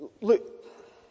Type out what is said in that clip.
Look